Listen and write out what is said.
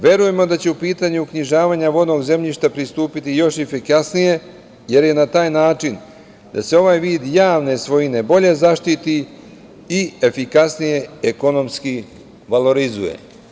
Verujemo da će u pitanju uknjižavanja vodnog zemljišta pristupiti još efikasnije, jer je na taj način da se ovaj vid javne svojine bolje zaštiti i efikasnije ekonomski valorizuje.